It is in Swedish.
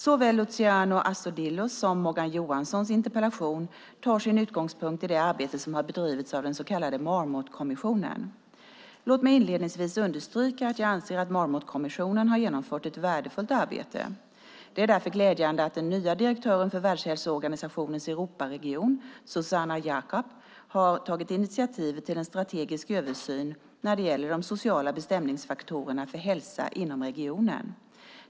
Såväl Luciano Astudillos som Morgan Johanssons interpellation tar sin utgångspunkt i det arbete som har bedrivits av den så kallade Marmotkommissionen. Låt mig inledningsvis understryka att jag anser att Marmotkommissionen har genomfört ett värdefullt arbete. Det är därför glädjande att den nya direktören för Världshälsoorganisationens Europaregion, Zsuzsanna Jakab, har tagit initiativet till en strategisk översyn när det gäller de sociala bestämningsfaktorerna för hälsa inom regionen.